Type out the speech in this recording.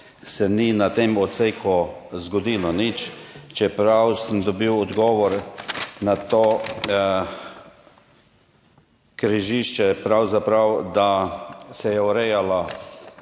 se ni na tem odseku zgodilo nič, čeprav sem dobil odgovor za to križišče, da se je urejalo